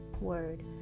Word